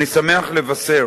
אני שמח לבשר,